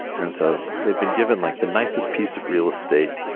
and so they've been given like the nicest piece of real estate,